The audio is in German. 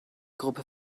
gruppe